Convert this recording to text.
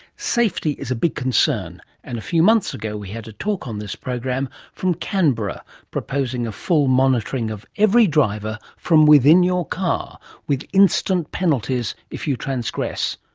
safety is a big concern and a few months ago we had a talk on this program from canberra proposing a full monitoring of every driver from within your car with instant penalties if you transgressed.